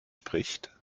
spricht